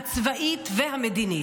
הצבאית והמדינית.